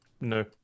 No